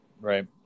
right